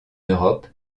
europe